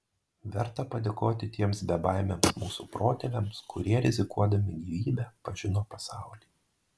verta padėkoti tiems bebaimiams mūsų protėviams kurie rizikuodami gyvybe pažino pasaulį